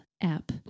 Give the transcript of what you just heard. app